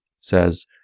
says